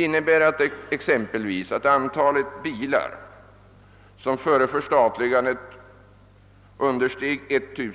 Denna utveckling innebär exempelvis att antalet bilar inom polisväsendet, som före förstatligandet undersieg 1 000,